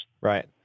right